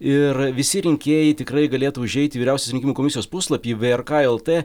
ir visi rinkėjai tikrai galėtų užeiti į vyriausios rinkimų komisijos puslapį vrk lt